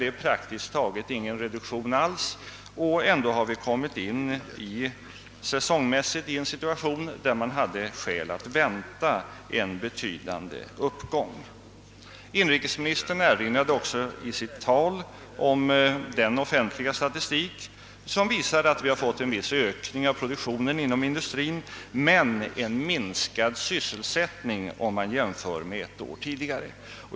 Det innebär egentligen ingen reduktion alls, och ändå hade vi nått en säsong under vilken det fanns skäl att vänta en betydande uppgång. Inrikesministern erinrade också i sitt anförande om den offentliga statistik som visat att vi har fått en viss ökning av produktionen inom industrin men en minskad sysselsättning om man jämför med ett år tidigare.